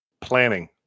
planning